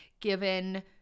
given